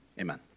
Amen